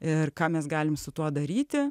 ir ką mes galim su tuo daryti